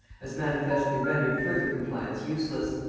as manifestly rendered further compliance useless.